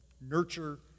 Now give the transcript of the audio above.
nurture